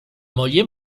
moglie